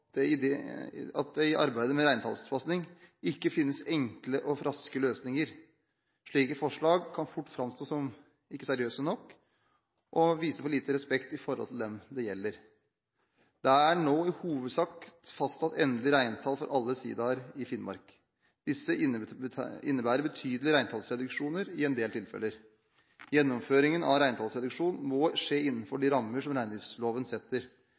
Det sier seg selv at det i arbeidet med reintallstilpasning ikke finnes enkle og raske løsninger. Slike forslag kan fort framstå som ikke seriøse nok og vise for lite respekt for dem det gjelder. Det er nå i hovedsak fastsatt endelige reintall for alle sidaer i Finnmark. Dette innebærer betydelige reintallsreduksjoner i en del tilfeller. Gjennomføringen av reintallsreduksjon må skje innenfor de rammer som reindriftsloven setter.